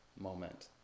moment